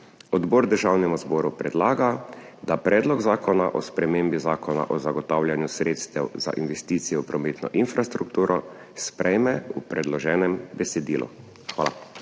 odbor Državnemu zboru predlaga, da Predlog zakona o spremembi Zakona o zagotavljanju sredstev za investicije v prometno infrastrukturo sprejme v predloženem besedilu. Hvala.